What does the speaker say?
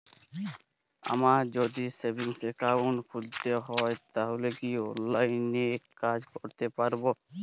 আমায় যদি savings account খুলতে হয় তাহলে কি অনলাইনে এই কাজ করতে পারবো?